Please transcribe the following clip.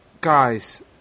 Guys